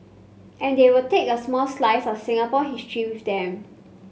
and they will take a small slice of Singapore history with them